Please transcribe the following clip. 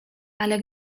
ale